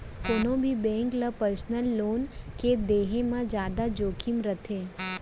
कोनो भी बेंक ल पर्सनल लोन के देहे म जादा जोखिम रथे